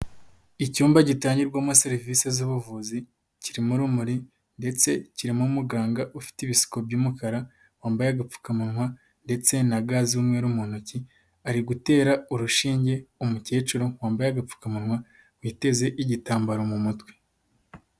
Icyumba gitangirwamo serivisi z'ubuvuzi kirimo urumuri ndetse kirimo umuganga ufite ibisuko by'umukara wambaye agapfukamunwa ndetse na ga z'umweru mu ntoki ari gutera urushinge umukecuru wambaye agapfukamunwa, witeze igitambaro mu mutwe.